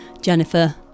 Jennifer